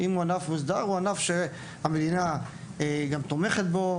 ענף מוסדר הוא ענף שהמדינה תומכת בו,